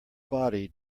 body